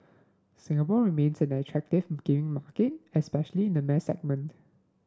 Singapore remains an attractive gaming market especially in the mass segment